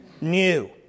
New